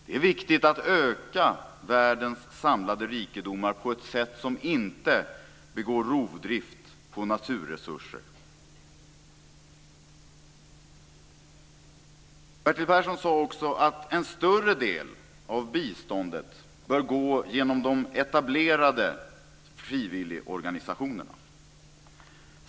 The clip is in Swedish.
Det är viktigt att öka världens samlade rikedomar på ett sätt som inte begår rovdrift på naturresurser. Bertil Persson sade också att en större del av biståndet bör gå genom de etablerade frivilligorganisationerna.